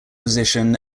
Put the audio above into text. position